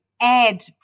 add